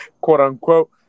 quote-unquote